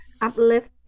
uplift